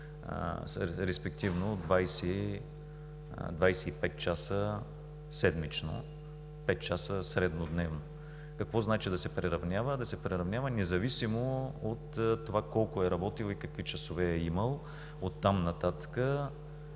респективно 25 часа седмично – 5 часа среднодневно. Какво значи да се приравнява? Да се приравнява независимо от това колко е работил и какви часове е имал, за да